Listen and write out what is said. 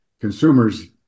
consumers